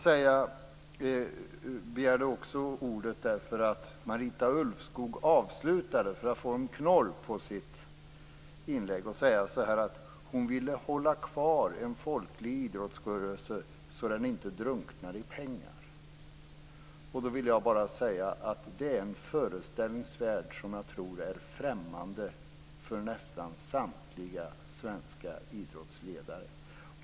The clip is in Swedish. Jag begärde också ordet därför att Marita Ulvskog för att få en knorr på sitt inlägg avslutade med att säga att hon ville hålla kvar en folklig idrottsrörelse så att den inte drunknar i pengar. Då vill jag bara säga att det är en föreställningsvärld som jag tror är främmande för nästan samtliga svenska idrottsledare.